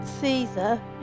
Caesar